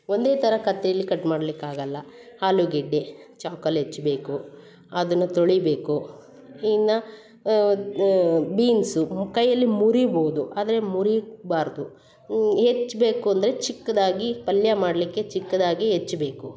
ಒಂದೇ ಥರ ಕತ್ತರಿಲಿ ಕಟ್ ಮಾಡಲಿಕ್ಕಾಗಲ್ಲ ಆಲೂಗೆಡ್ಡೆ ಚಾಕೂಲಿ ಹೆಚ್ಬೇಕು ಅದನ್ನ ತೊಳಿಬೇಕು ಇನ್ನ ಬೀನ್ಸು ಕೈಯಲ್ಲಿ ಮುರಿಬೋದು ಆದರೆ ಮುರಿಬಾರದು ಹೆಚ್ಬೇಕು ಅಂದರೆ ಚಿಕ್ಕದಾಗಿ ಪಲ್ಯ ಮಾಡಲಿಕ್ಕೆ ಚಿಕ್ಕದಾಗಿ ಹೆಚ್ಬೇಕು